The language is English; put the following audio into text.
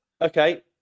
Okay